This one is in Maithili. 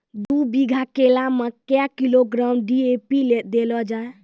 दू बीघा केला मैं क्या किलोग्राम डी.ए.पी देले जाय?